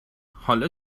حالا